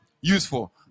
useful